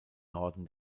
norden